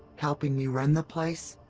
helping me run the place?